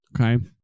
okay